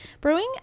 brewing